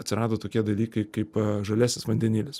atsirado tokie dalykai kaip žaliasis vandenilis